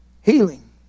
Healing